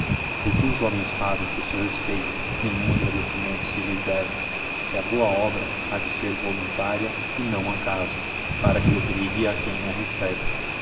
do que os homens fazem por seu respeito neulium agradecimento se lhes deve que a boa obra ha de ser voluntária e não acaso para que obrigue a quem a recebe